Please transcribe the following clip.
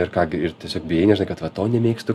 ir ką gi ir tiesiog bijai nes žinai kad va to nemėgstu